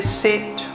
sit